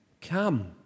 Come